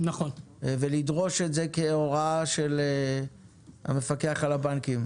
ולדרוש את זה כהוראה של המפקח על הבנקים.